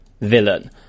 villain